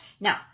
Now